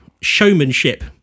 showmanship